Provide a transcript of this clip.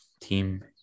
team